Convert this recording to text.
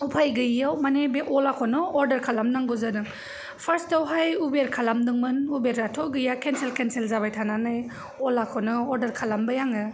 उफाय गैयैआव माने बे अलाखौनो अर्दार खालामनांगौ जादों फार्स्टआवहाय उबेर खालामदोंमोन उबेराथ' गैया केन्सेल केन्सेल जाबाय थानानै अलाखौनो अर्दार खालामबाय आङो